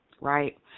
right